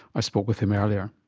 i spoke with him earlier.